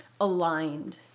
aligned